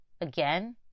Again